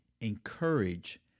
encourage